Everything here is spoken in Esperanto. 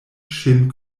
ŝin